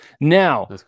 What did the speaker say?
Now